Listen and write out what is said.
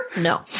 No